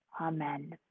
Amen